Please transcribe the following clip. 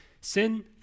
sin